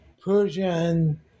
Persian